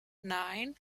nine